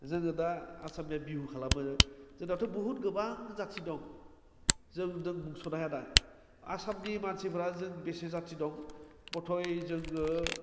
जोङो दा आसामनिया बिहु खालामो जोंनाथ' बहुथ गोबां जाथि दं जों दों बुंस'नो हाया दा आसामनि मानसिफ्रा जों बेसे जाथि दं बधय जोंबो